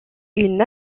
une